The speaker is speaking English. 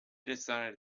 decided